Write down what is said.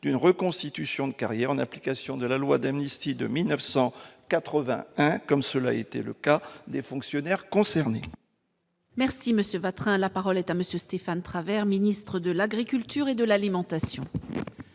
d'une reconstitution de carrière en application de la loi d'amnistie de 1980 comme cela était le cas des fonctionnaires concernés. Merci monsieur Vautrain, la parole est à monsieur Stéphane Travert, ministre de l'Agriculture et de l'alimentation.